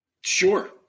Sure